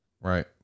Right